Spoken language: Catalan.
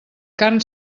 carn